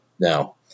Now